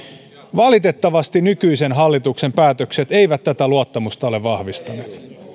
valitettavasti nykyisen hallituksen päätökset eivät tätä luottamusta ole vahvistaneet